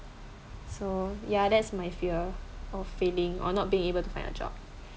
so ya that's my fear of failing or not being able to find a job